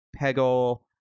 Peggle